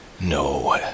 no